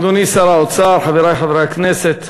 אדוני שר האוצר, חברי חברי הכנסת,